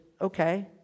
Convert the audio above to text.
okay